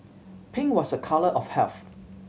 pink was a colour of health